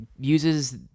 uses